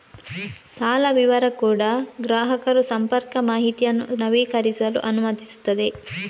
ಸಾಲ ವಿವರ ಕೂಡಾ ಗ್ರಾಹಕರು ಸಂಪರ್ಕ ಮಾಹಿತಿಯನ್ನು ನವೀಕರಿಸಲು ಅನುಮತಿಸುತ್ತದೆ